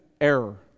error